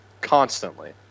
constantly